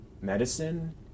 medicine